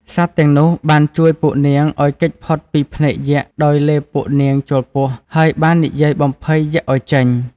សត្វទាំងនោះបានជួយពួកនាងឲ្យគេចផុតពីភ្នែកយក្ខដោយលេបពួកនាងចូលពោះ ហើយបាននិយាយបំភ័យយក្ខឲ្យចេញ។